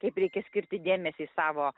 kaip reikia skirti dėmesį savo